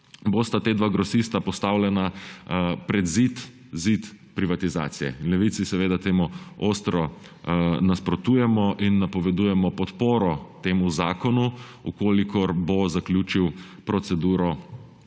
bosta ta dva grosista postavljena pred zid privatizacije. V Levici seveda temu ostro nasprotujemo in napovedujemo podporo temu zakonu, če bo zaključil proceduro,